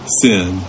sin